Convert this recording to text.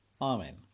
Amen